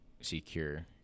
secure